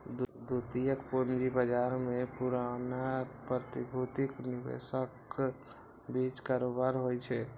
द्वितीयक पूंजी बाजार मे पुरना प्रतिभूतिक निवेशकक बीच कारोबार होइ छै